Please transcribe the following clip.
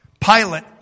Pilate